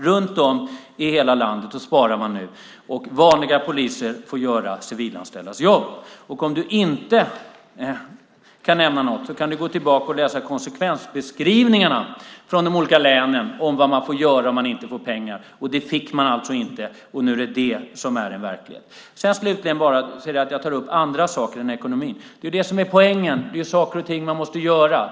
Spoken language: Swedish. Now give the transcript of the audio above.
Runt om i hela landet sparar man nu, och vanliga poliser får göra civilanställdas jobb. Om du inte kan nämna något kan du gå tillbaka och läsa konsekvensbeskrivningarna från de olika länen om vad de får göra om man inte får pengar. Det fick man inte, och det är verkligheten. Slutligen säger du att jag tar upp andra saker än ekonomin. Det är poängen. Det är saker och ting man måste göra.